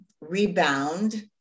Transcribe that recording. rebound